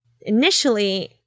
Initially